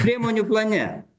priemonių plane